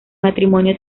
matrimonio